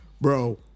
bro